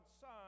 Son